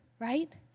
right